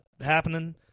happening